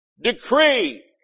Decree